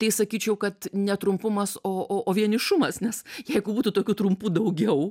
tai sakyčiau kad ne trumpumas o o vienišumas nes jeigu būtų tokių trumpų daugiau